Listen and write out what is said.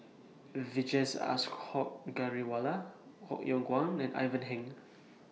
Vijesh Ashok Ghariwala Koh Yong Guan and Ivan Heng